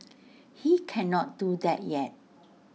he cannot do that yet